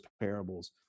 parables